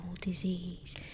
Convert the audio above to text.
disease